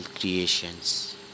creations